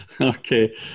Okay